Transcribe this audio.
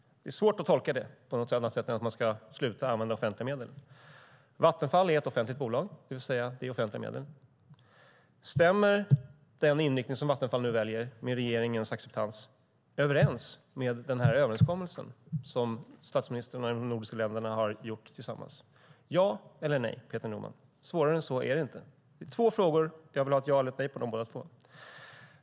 Det är svårt att tolka på något annat sätt än att man ska sluta använda offentliga medel. Vattenfall är ett offentligt bolag, det vill säga: Det är offentliga medel. Stämmer den inriktning Vattenfall nu väljer - med regeringens acceptans - överens med den överenskommelse statsministern och de nordiska länderna har gjort tillsammans? Ja eller nej, Peter Norman; svårare än så är det inte. Det är två frågor. Jag vill ha ett ja eller ett nej på båda två.